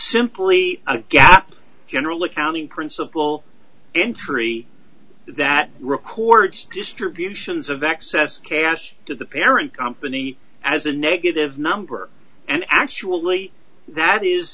simply a gap general accounting principle entry that records distributions of excess cash to the parent company as a negative number and actually that is